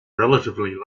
relatively